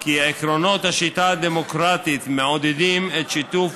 כי עקרונות השיטה הדמוקרטית מעודדים את שיתוף